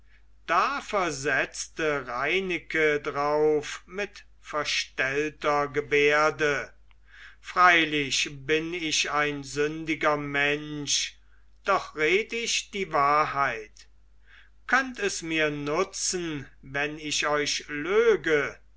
da versetzte reineke drauf mit verstellter gebärde freilich bin ich ein sündiger mensch doch red ich die wahrheit könnt es mir nutzen wenn ich euch löge